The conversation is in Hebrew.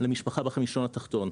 למשפחה בחמישון התחתון,